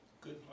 good